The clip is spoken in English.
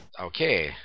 Okay